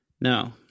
No